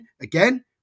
Again